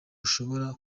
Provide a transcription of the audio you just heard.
ashobora